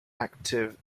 active